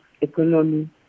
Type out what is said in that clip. economy